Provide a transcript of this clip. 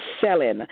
selling